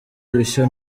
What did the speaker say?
ibishya